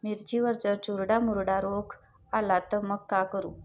मिर्चीवर जर चुर्डा मुर्डा रोग आला त मंग का करू?